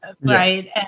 right